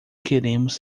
queremos